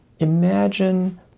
Imagine